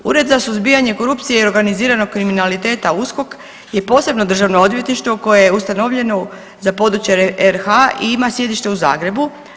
Ured za suzbijanje korupcije i organiziranog kriminaliteta USKOK je posebno državno odvjetništvo koje je ustanovljeno za područje RH i ima sjedište u Zagrebu.